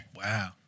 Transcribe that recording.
Wow